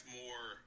more